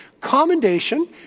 Commendation